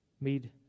made